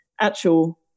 actual